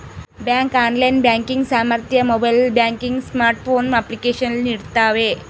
bank online banking ಸಾಮರ್ಥ್ಯ mobile banking smartphone application ನೀಡ್ತವೆ